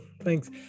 thanks